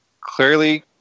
clearly